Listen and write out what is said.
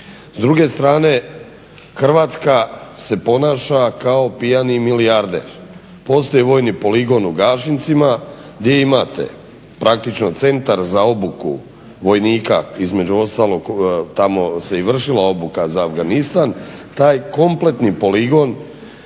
S druge strane, Hrvatska se ponaša kao pijani milijarder. Postoji vojni poligon u Gašincima gdje imate praktično Centar za obuku vojnika između ostalog tamo se i vršila obuka za Afganistan taj kompletni poligon